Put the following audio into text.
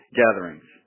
gatherings